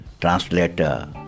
translator